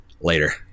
Later